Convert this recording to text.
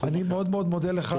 אני מאוד מאוד מודה לך אדוני.